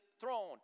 throne